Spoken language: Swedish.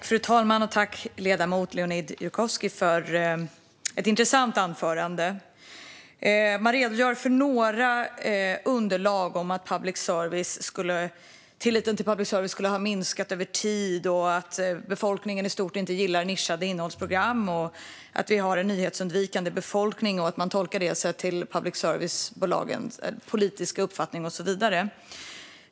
Fru talman! Tack, ledamoten Leonid Yurkovskiy, för ett intressant anförande! Man redogör utifrån några underlag för att tilliten till public service skulle ha minskat över tid, att befolkningen i stort inte gillar nischade innehållsprogram och att vi har en nyhetsundvikande befolkning. Detta, tolkar man, beror på public service-bolagens politiska uppfattning och så vidare.